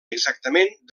exactament